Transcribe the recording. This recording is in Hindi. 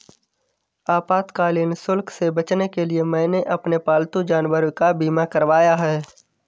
आपातकालीन शुल्क से बचने के लिए मैंने अपने पालतू जानवर का बीमा करवाया है